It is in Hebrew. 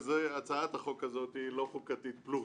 והצעת החוק הזאת היא לא חוקתית פלוס,